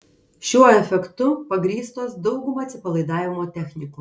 šiuo efektu pagrįstos dauguma atsipalaidavimo technikų